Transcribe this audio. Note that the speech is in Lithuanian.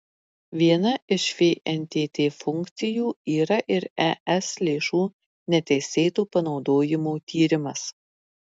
viena iš fntt funkcijų yra ir es lėšų neteisėto panaudojimo tyrimas